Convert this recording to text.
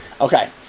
Okay